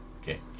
Okay